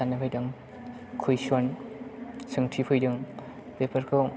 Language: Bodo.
साननाय फैदों कुइस'न सोंथि फैदों बेफोरखौ